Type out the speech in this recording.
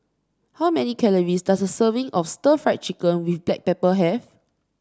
how many calories does a serving of stir Fry Chicken with Black Pepper have